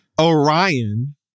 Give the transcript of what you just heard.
Orion